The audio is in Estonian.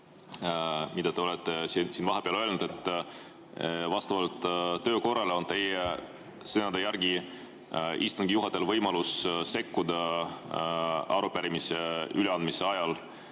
mida te siin vahepeal ütlesite, et vastavalt töökorrale on teie sõnade järgi istungi juhatajal võimalus sekkuda ka arupärimise üleandmise ajal.